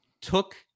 took